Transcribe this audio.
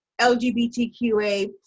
LGBTQA